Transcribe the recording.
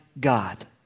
God